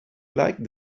like